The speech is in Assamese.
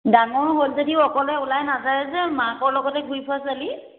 ডাঙৰ হ'ল যদিও অকলে ওলাই নাযায় যে মাকৰ লগতে ঘূৰি ফুৰা ছোৱালী